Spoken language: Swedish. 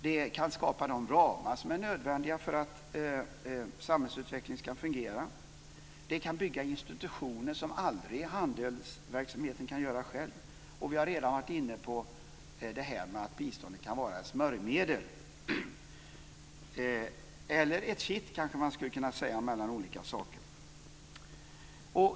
Det kan skapa de ramar som är nödvändiga för att samhällsutvecklingen ska fungera. Det kan bygga institutioner som handelsverksamheten aldrig kan göra själv, och vi har redan varit inne på att biståndet kan vara smörjmedel eller ett kitt, kanske man skulle kunna säga, mellan olika saker.